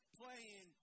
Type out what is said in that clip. playing